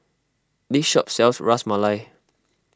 this shop sells Ras Malai